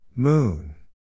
Moon